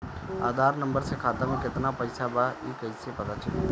आधार number से खाता में केतना पईसा बा ई क्ईसे पता चलि?